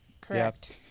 Correct